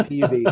pub